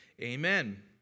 Amen